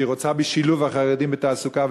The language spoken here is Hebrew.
שהיא רוצה בשילוב החרדים בתעסוקה,